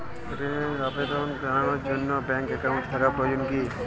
ঋণের আবেদন জানানোর জন্য ব্যাঙ্কে অ্যাকাউন্ট থাকা প্রয়োজন কী?